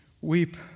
weep